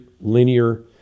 linear